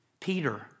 Peter